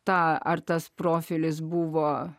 tą ar tas profilis buvo